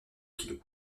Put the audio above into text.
kilos